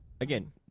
Again